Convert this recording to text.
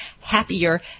happier